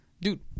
dude